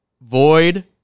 Void